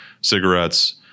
cigarettes